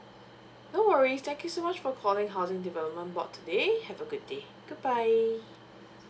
no worries thank you so much for calling housing development board today have a good day goodbye